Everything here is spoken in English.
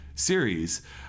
Series